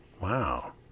Wow